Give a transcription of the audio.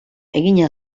egina